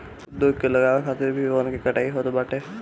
उद्योग के लगावे खातिर भी वन के कटाई होत बाटे